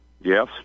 Yes